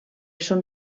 són